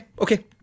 okay